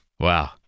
Wow